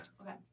Okay